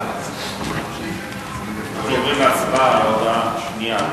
אנחנו עוברים להצבעה על ההודעה השנייה,